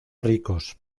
ricos